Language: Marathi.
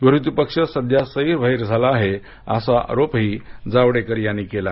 विरोधीपक्ष सध्या सैरभैर झाला आहे असा आरोपही जावडेकर यांनी केला